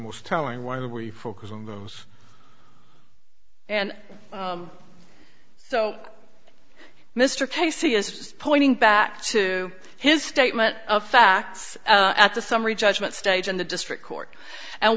you focus on those and so mr casey is pointing back to his statement of facts at the summary judgment stage in the district court and